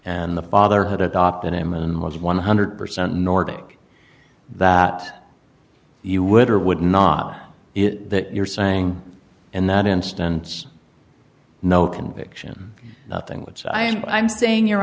and the father had adopted him and was one hundred percent nordic that you would or would not it that you're saying in that instance no conviction nothing which i am but i'm saying your